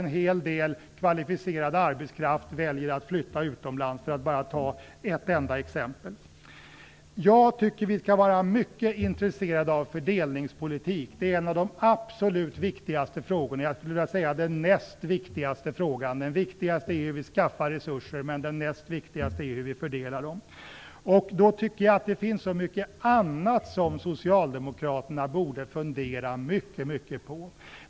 En hel del kvalificerad arbetskraft väljer att flytta utomlands, för att bara ta ett enda exempel. Jag tycker att vi skall vara mycket intresserade av fördelningspolitik. Det är en av de absolut viktigaste frågorna - den näst viktigaste, skulle jag vilja säga. Den viktigaste frågan är hur vi skaffar resurser, men den näst viktigaste är hur vi fördelar dem. Det finns så mycket annat som Socialdemokraterna borde fundera mycket på.